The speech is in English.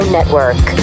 Network